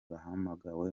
bahamagawe